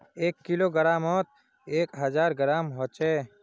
एक किलोग्रमोत एक हजार ग्राम होचे